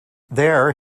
there